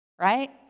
right